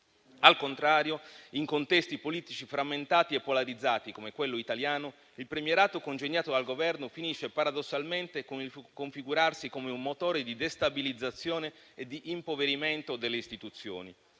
Al contrario, in contesti politici frammentati e polarizzati come quello italiano, il premierato congegnato dal Governo finisce paradossalmente per configurarsi come un motore di destabilizzazione e di impoverimento delle istituzioni.